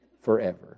forever